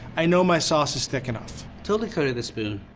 i know my sauce is thick enough. totally carry this spoon.